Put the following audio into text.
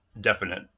definite